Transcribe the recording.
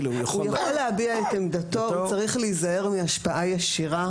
הוא יכול להביע את עמדתו הוא צריך להיזהר מהשפעה ישירה,